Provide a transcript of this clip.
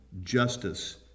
justice